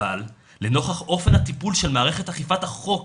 אבל לנוכח אופן הטיפול של מערכת אכיפת החוק